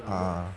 ah